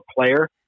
player